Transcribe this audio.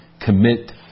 commit